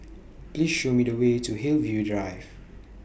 Please Show Me The Way to Hillview Drive